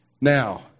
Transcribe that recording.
Now